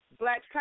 Black